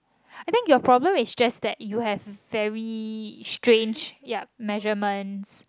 I think your problem is just that you have very strange yup measurement